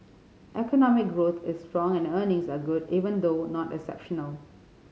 economic growth is strong and earnings are good even though not exceptional